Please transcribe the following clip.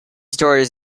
stores